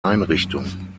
einrichtung